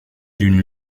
d’une